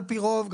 על פי רוב,